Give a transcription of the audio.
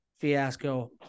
fiasco